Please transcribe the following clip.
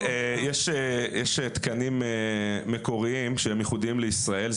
יש תקנים מקוריים שהם ייחודיים לישראל,